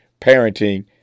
parenting